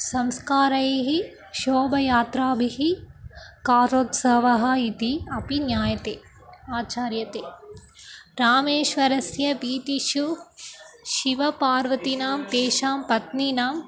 संस्कारैः शोभोयात्राभिः कार्योत्सवः इति अपि ज्ञायते आचर्यते रामेश्वरस्य वीतिषु शिवपार्वतीनां तेषां पत्नीनां